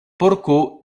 porko